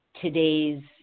today's